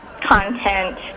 content